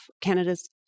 Canada's